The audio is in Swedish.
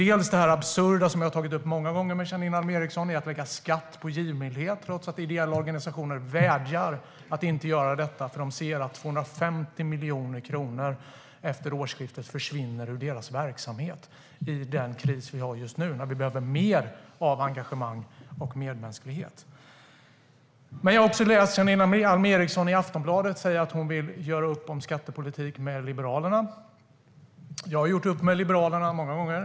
En sak är det absurda, som jag har tagit upp många gånger med Janine Alm Ericson, i att lägga skatt på givmildhet, trots att ideella organisationer vädjar om att inte göra detta för att de ser att 250 miljoner kronor försvinner ur deras verksamhet efter årsskiftet. Det sker dessutom i den kris som vi har just nu då vi behöver mer engagemang och medmänsklighet. Jag har också läst i Aftonbladet att Janine Alm Ericson vill göra upp om skattepolitik med Liberalerna. Jag har gjort upp med Liberalerna många gånger.